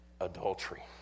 adultery